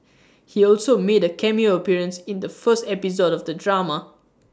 he also made A cameo appearance in the first episode of the drama